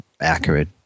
accurate